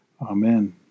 Amen